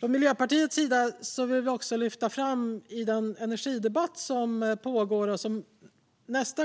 Från Miljöpartiets sida vill vi också lyfta fram i den energidebatt som pågår och som